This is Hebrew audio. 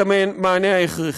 את המענה ההכרחי.